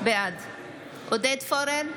בעד עודד פורר,